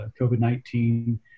COVID-19